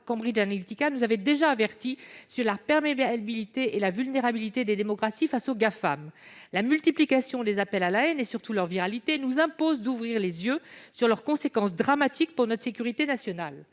Cambridge Analytica nous avait déjà avertis sur la perméabilité et la vulnérabilité des démocraties face aux Gafam. La multiplication des appels à la haine et surtout leur viralité nous imposent d'ouvrir les yeux sur leurs conséquences dramatiques pour notre sécurité nationale